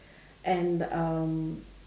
and um